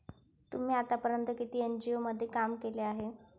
तुम्ही आतापर्यंत किती एन.जी.ओ मध्ये काम केले आहे?